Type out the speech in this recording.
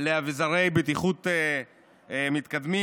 לאביזרי בטיחות מתקדמים.